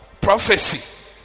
prophecy